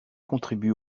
contribue